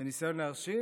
וניסיון להרשים.